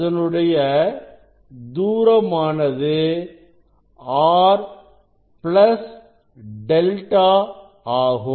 அதனுடைய தூரமானது R plus ẟ ஆகும்